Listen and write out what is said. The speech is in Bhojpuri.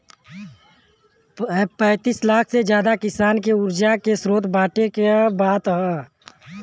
पैंतीस लाख से जादा किसानन के उर्जा के स्रोत बाँटे क बात ह